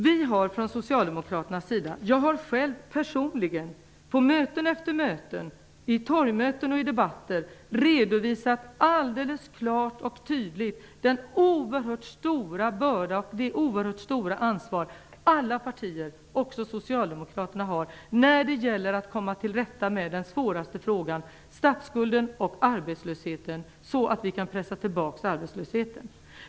Vi har från socialdemokraternas sida, jag själv personligen på möte efter möte, vid torgmöten och i debatter, redovisat alldeles klart och tydligt den oerhört stora börda och det oerhört stora ansvar som alla partier har när det gäller att komma till rätta med den svåraste frågan: statsskulden och arbetslösheten så att vi kan pressa tillbaka arbetslösheten.